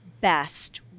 best